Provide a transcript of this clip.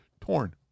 torn